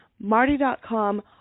Marty.com